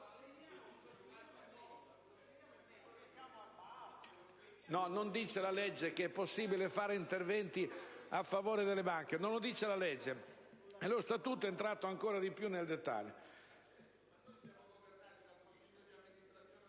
non dice che è possibile fare interventi a favore delle banche. Non lo dice la legge, e lo Statuto è entrato ancora di più nel dettaglio,